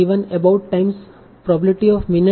about times Pminutes